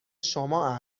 شما